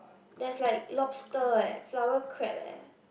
there's like lobster eh flower crab eh